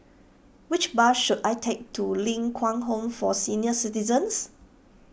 which bus should I take to Ling Kwang Home for Senior Citizens